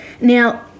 Now